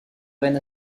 reine